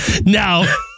Now